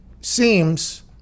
seems